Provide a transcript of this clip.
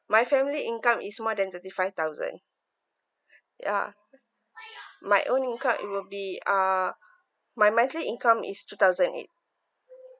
my family income is more than thirty five thousand ya my own income it will be uh my monthly income is two thousand eight